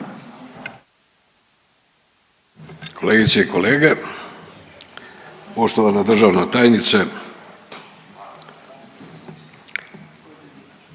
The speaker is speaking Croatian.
Kolegice i kolege, poštovana državna tajnice,